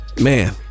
Man